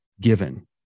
given